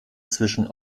zwischen